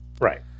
Right